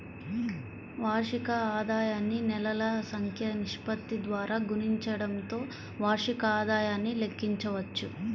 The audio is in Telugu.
వార్షిక ఆదాయాన్ని నెలల సంఖ్య నిష్పత్తి ద్వారా గుణించడంతో వార్షిక ఆదాయాన్ని లెక్కించవచ్చు